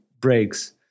breaks